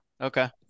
Okay